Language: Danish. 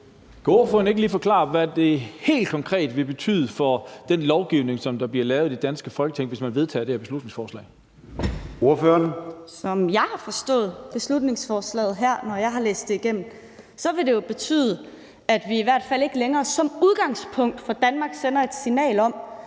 Kunne ordføreren ikke lige forklare, hvad det helt konkret vil betyde for den lovgivning, der bliver lavet i det danske Folketing, hvis man vedtager det her beslutningsforslag? Kl. 11:17 Formanden (Søren Gade): Ordføreren. Kl. 11:17 Katrine Robsøe (RV): Som jeg har forstået beslutningsforslaget her, når jeg har læst det igennem, vil det jo betyde, at vi i hvert fald ikke længere som udgangspunkt fra Danmarks side sender et signal om,